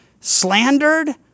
slandered